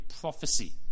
prophecy